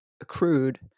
accrued